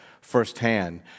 firsthand